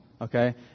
okay